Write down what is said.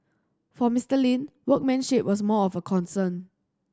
for Mister Lin workmanship was more of a concern